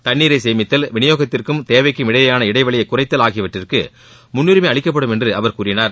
தண்ணீரை சேமித்தல் விநியோகத்திற்கும் தேவைக்கும் இடையேயான இடைவெளியை குறைத்தல் ஆகியவற்றிற்கு முன்னுரிமை அளிக்கப்படும் என்று அவர் கூறினார்